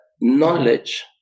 knowledge